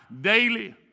daily